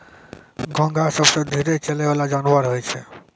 घोंघा सबसें धीरे चलै वला जानवर होय छै